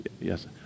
yes